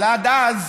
אבל עד אז,